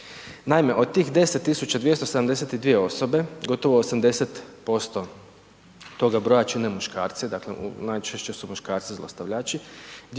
Naime, od tih 10272 osobe, gotovo 80% toga broja čine muškarci, dakle najčešće su muškarci zlostavljači,